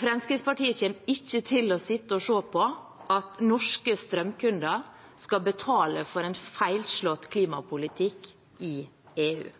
Fremskrittspartiet kommer ikke til å sitte og se på at norske strømkunder skal betale for en feilslått klimapolitikk i EU.